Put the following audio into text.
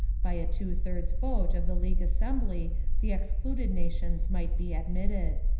by a two-thirds vote of the league assembly the excluded nations might be admitted.